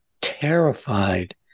terrified